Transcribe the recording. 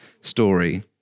story